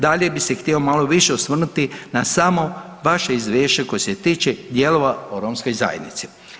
Dalje bi se htio malo više osvrnuti na samo vaše izvješće koje se tiče dijelova o romskoj zajednici.